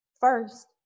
first